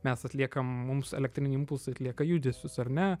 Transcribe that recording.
mes atliekam mums elektriniai impulsai atlieka judesius ar ne